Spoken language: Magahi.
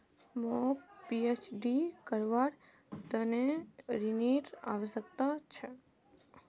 मौक पीएचडी करवार त न ऋनेर आवश्यकता छ